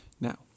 Now